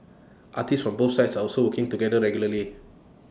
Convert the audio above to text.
artists from both sides also work together regularly